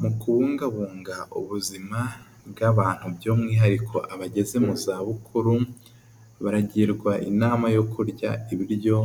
Mu kubungabunga ubuzima bw'abantu by'umwihariko abageze mu zabukuru baragirwa inama yo kurya ibiryo